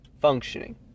Functioning